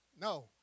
No